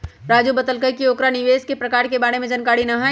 राजू बतलकई कि ओकरा निवेश के प्रकार के बारे में जानकारी न हई